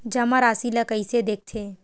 जमा राशि ला कइसे देखथे?